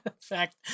fact